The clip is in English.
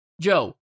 Joe